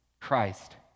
Christ